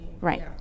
Right